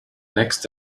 next